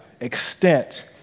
extent